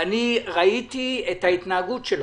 ואני ראיתי את ההתנהגות שלכם,